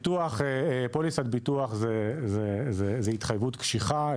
פוליסת ביטוח זו התחייבות קשיחה,